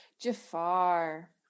Jafar